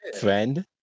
friend